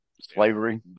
slavery